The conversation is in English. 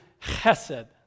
chesed